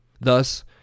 Thus